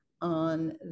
on